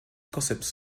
gossips